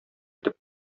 итеп